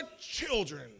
children